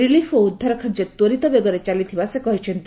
relief ଓ ଉଦ୍ଧାର କାର୍ଯ୍ୟ ତ୍ୱରିତ ବେଗରେ ଚାଲିଥିବା ସେ କହିଛନ୍ତି